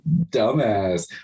dumbass